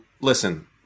listen